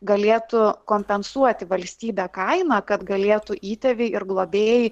galėtų kompensuoti valstybė kainą kad galėtų įtėviai ir globėjai